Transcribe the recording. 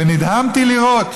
ונדהמתי לראות